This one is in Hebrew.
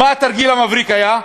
מה התרגיל המבריק היה?